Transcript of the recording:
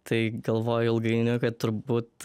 tai galvoju ilgainiui kad turbūt